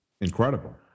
incredible